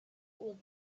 would